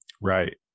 Right